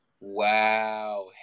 Wow